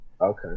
okay